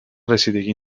رسیدگی